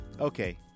Okay